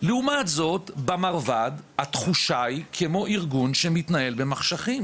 לעומת זאת במרב"ד התחושה היא כמו ארגון שמתנהל במחשכים,